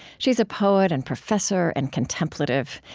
she's a poet and professor and contemplative,